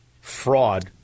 fraud